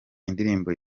indirimbo